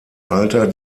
alter